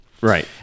Right